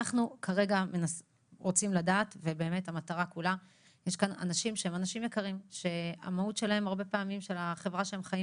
יש כאן אנשים יקרים שהמהות של החברה שהם חיים